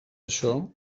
això